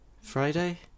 Friday